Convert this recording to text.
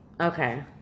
Okay